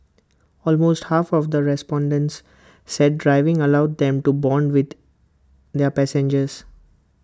almost half of the respondents said driving allowed them to Bond with their passengers